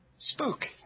Spook